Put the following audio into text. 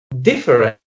different